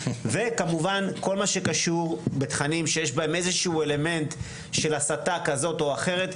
וכמובן כל מה שקשור בתכנים שיש בהם איזשהו אלמנט של הסתה כזאת או אחרת.